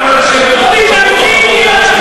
כמה שרים היו?